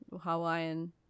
Hawaiian